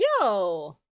Yo